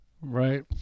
Right